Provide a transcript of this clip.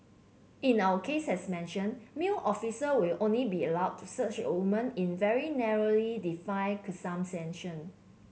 in our case as mentioned male officers will only be allowed to search a woman in very narrowly defined